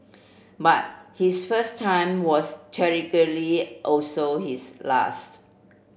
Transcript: but his first time was tragically also his last